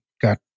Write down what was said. got